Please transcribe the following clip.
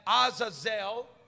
Azazel